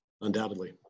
Undoubtedly